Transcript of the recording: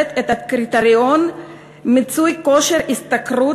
את הקריטריון של מיצוי כושר השתכרות,